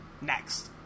next